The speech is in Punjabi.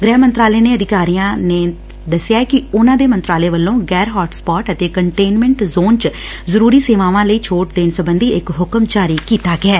ਗ੍ਰਹਿ ਮੰਤਰਾਲੇ ਦੇ ਅਧਿਕਾਰੀਆਂ ਨੇ ਦਸਿਆ ਕਿ ਉਨ੍ਨਾਂ ਦੇ ਮੰਤਰਾਲੇ ਵੱਲੰ ਗੈਰ ਹੋਟ ਸਪੋਟ ਅਤੇ ਕੰਟੇਨਮੈਂਟ ਜੋਨ ਚ ਜ਼ਰੂਰੀ ਸੇਵਾਵਾਂ ਲਈ ਛੋਟ ਦੇਣ ਸਬੰਧੀ ਇਕ ਹੁਕਮ ਜਾਰੀ ਕੀਤਾ ਗਿਐ